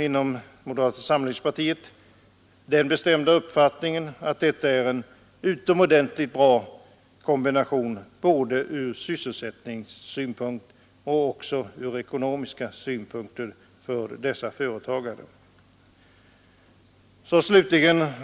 Inom moderata samlingspartiet har vi den bestämda uppfattningen att detta är en utomordentligt bra kombination för dessa företagare både från sysselsättningssynpunkt och från ekonomiska synpunkter.